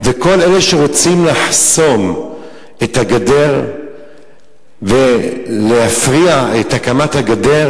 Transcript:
וכל אלה שרוצים לחסום את הגדר ולהפריע להקמת הגדר,